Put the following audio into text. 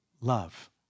love